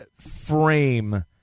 frame